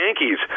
Yankees